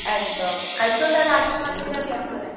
একদম আজকেও তা হলে আড্ডা মারতে যাবি আম বাগানে